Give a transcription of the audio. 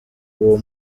uwo